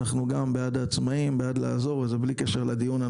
אנחנו גם בעד העצמאים ובעד לעזור וזה בלי קשר לדיון הנוכחי,